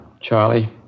Charlie